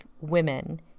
women